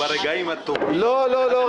הוא ברגעים הטובים --- לא, לא, לא.